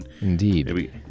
Indeed